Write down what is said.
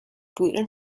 gluten